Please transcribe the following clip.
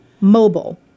Mobile